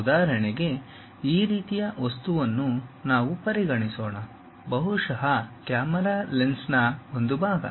ಉದಾಹರಣೆಗೆ ಈ ರೀತಿಯ ವಸ್ತುವನ್ನು ನಾವು ಪರಿಗಣಿಸೋಣ ಬಹುಶಃ ಕ್ಯಾಮೆರಾ ಲೆನ್ಸ್ನ ಒಂದು ಭಾಗ